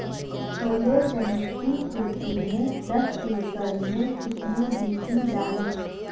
छोले चने की खेती में दस एकड़ में कितनी डी.पी डालें?